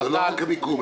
לא רק המיקום.